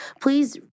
please